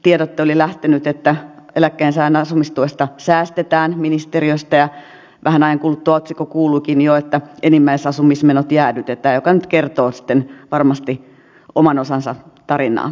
tiedote oli lähtenyt ministeriöstä että eläkkeensaajan asumistuesta säästetään ja vähän ajan kuluttua otsikko kuuluikin jo että enimmäisasumismenot jäädytetään mikä nyt kertoo sitten varmasti oman osansa tarinaa